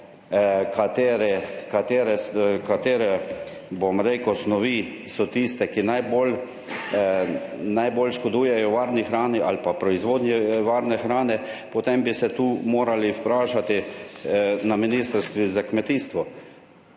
katere, bom rekel, snovi so tiste, ki najbolj škodujejo varni hrani ali pa proizvodnji varne hrane, potem bi se tu morali vprašati na Ministrstvu za kmetijstvo,